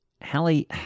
Hallie